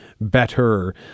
better